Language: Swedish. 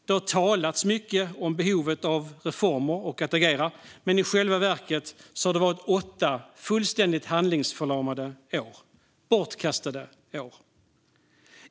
Det har talats mycket om behovet av reformer och av att agera, men i själva verket har det varit åtta fullständigt handlingsförlamade och bortkastade år.